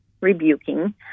rebuking